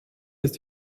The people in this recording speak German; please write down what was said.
ist